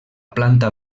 planta